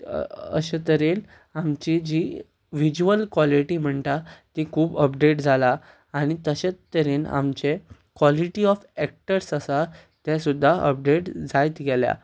अशे तरेन आमची जी विजुअल क्वॉलिटी म्हणटा ती खूब अपडेट जाला आनी तशे तरेन आमचे क्वॉलिटी ऑफ एक्टर्स आसा ते सुद्दां अपडेट जायत गेल्या